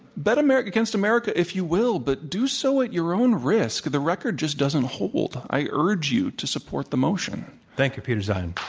bet against america if you will, but do so at your own risk. the record just doesn't hold. i urge you to support the motion. thank you, peter zeihan.